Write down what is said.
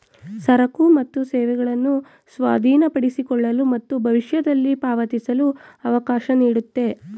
ಸರಕು ಮತ್ತು ಸೇವೆಗಳನ್ನು ಸ್ವಾಧೀನಪಡಿಸಿಕೊಳ್ಳಲು ಮತ್ತು ಭವಿಷ್ಯದಲ್ಲಿ ಪಾವತಿಸಲು ಅವಕಾಶ ನೀಡುತ್ತೆ